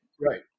right